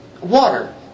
water